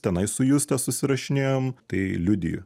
tenai su juste susirašinėjom tai liudiju